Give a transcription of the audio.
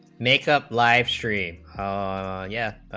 makeup live stream ah yeah